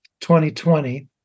2020